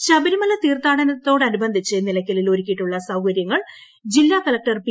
B Nooh Sabarimala തീർഥാടനത്തോടനുബന്ധിച്ച് നിലയ്ക്കലിൽ ഒരുക്കിയിട്ടുള്ള സൌകര്യങ്ങൾ ജില്ലാ കളക്ടർ പി